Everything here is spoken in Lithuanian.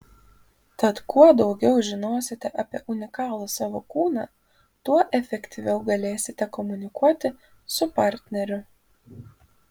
tad kuo daugiau žinosite apie unikalų savo kūną tuo efektyviau galėsite komunikuoti su partneriu